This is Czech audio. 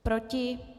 Proti?